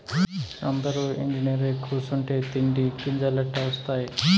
అందురూ ఇంజనీరై కూసుంటే తిండి గింజలెట్టా ఒస్తాయి